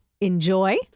enjoy